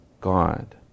God